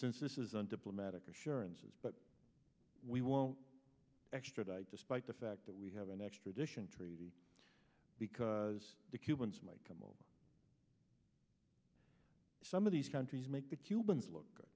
since this is on diplomatic assurances but we won't extradite despite the fact that we have an extradition treaty because the cubans might come over some of these countries make the cubans look